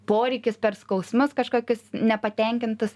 poreikis per skausmus kažkokius nepatenkintus